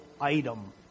item